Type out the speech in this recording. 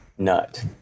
nut